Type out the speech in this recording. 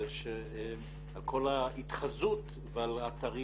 על כל ההתחזות ועל אתרים